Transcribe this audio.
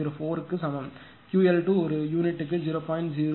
004 புக்கு சமம் QL2 ஒரு யூனிட்டுக்கு 0